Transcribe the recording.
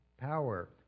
power